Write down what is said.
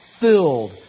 filled